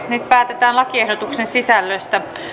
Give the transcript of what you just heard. nyt päätetään lakiehdotuksen sisällöstä